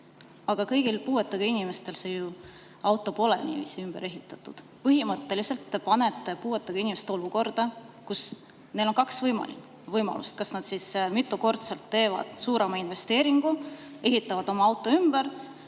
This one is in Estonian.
aga kõigil puuetega inimestel pole ju auto niiviisi ümber ehitatud. Põhimõtteliselt te panete puuetega inimesed olukorda, kus neil on kaks võimalust: kas nad teevad mitu korda suurema investeeringu ja ehitavad oma auto ümber